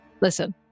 Listen